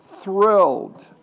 thrilled